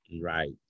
Right